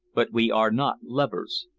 but we are not lovers.